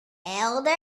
helder